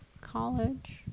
college